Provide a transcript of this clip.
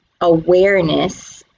awareness